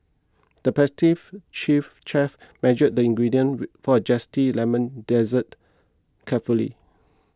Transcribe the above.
the chief chef measured the ingredients for a Zesty Lemon Dessert carefully